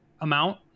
amount